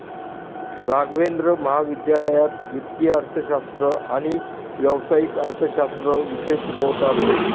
राघवेंद्र महाविद्यालयात वित्तीय अर्थशास्त्र आणि व्यावसायिक अर्थशास्त्र विषय शिकवतात